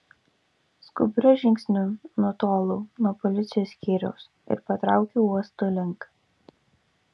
skubriu žingsniu nutolau nuo policijos skyriaus ir patraukiau uosto link